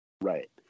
Right